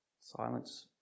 silence